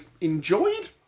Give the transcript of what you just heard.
enjoyed